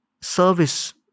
service